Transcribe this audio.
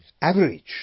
average